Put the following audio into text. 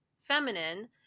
feminine